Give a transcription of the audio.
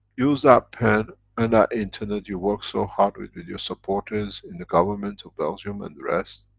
use that pen and that internet you work so hard with with your supporters in the government of belgium and the rest,